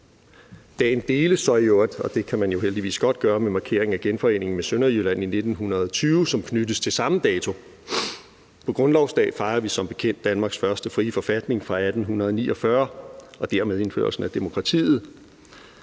Dagen deles så i øvrigt – og det kan man jo heldigvis godt gøre – med markeringen af genforeningen med Sønderjylland i 1920, som knyttes til samme dato. På grundlovsdag fejrer vi som bekendt Danmarks første frie forfatning fra 1849 og dermed indførelsen af demokratiet.